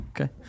okay